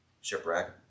shipwreck